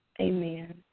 amen